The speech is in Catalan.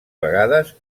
vegades